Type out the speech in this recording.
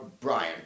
Brian